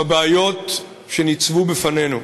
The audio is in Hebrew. בבעיות שניצבו בפנינו.